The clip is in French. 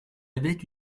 avait